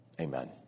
Amen